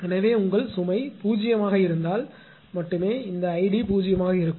எனவே உங்கள் சுமை 0 ஆக இருந்தால் மட்டுமே இந்த 𝐼𝑑 பூஜ்ஜியமாக இருக்கும்